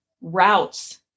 routes